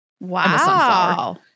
Wow